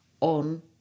on